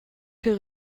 che